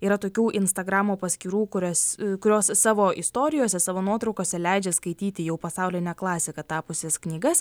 yra tokių instagramo paskyrų kurias kurios savo istorijose savo nuotraukose leidžia skaityti jau pasauline klasika tapusias knygas